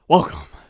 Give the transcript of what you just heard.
Welcome